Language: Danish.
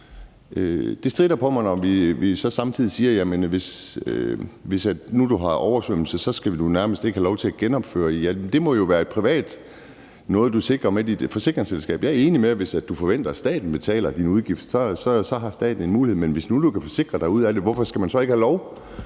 Det stritter på mig, når vi så samtidig siger: Hvis du nu er blevet ramt af oversvømmelse, skal du nærmest ikke have lov til at genopføre dit hus. Det må jo være noget privat, altså noget, du sikrer via dit forsikringsselskab. Jeg er enig i, at hvis du forventer, at staten betaler din udgift, så har staten en mulighed, men hvis man nu kan forsikre sig ud af det, hvorfor skal man så ikke have lov